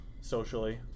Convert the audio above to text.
socially